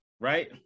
right